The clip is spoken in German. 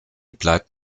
bleibt